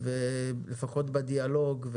לפחות בדיאלוג,